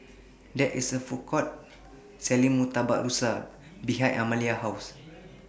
There IS A Food Court Selling Murtabak Rusa behind Amalia's House